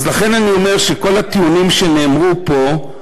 לכן אני אומר שכל הטיעונים שנאמרו פה,